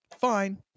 fine